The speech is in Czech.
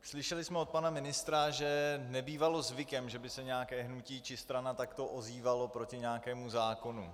Slyšeli jsme od pana ministra, že nebývalo zvykem, že by se nějaké hnutí či strana takto ozývaly proti nějakému zákonu.